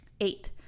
Eight